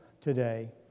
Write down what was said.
today